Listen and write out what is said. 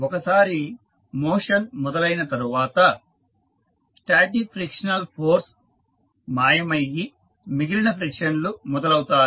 ఒకసారి మోషన్ మొదలైన తరువాత స్టాటిక్ ఫ్రిక్షనల్ ఫోర్స్ మాయమయ్యి మిగిలిన ఫ్రిక్షన్ లు మొదలు అవుతాయి